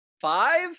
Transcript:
Five